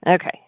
Okay